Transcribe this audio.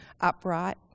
upright